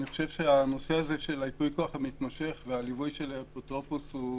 אני חושב שהנושא הזה של הייפוי כוח המתמשך והליווי של האפוטרופוס הוא